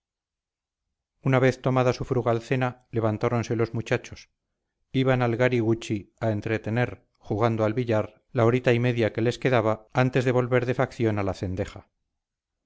una vez tomada su frugal cena levantáronse los muchachos iban al gari guchi a entretener jugando al billar la horita y media que les quedaba antes de volver de facción a la cendeja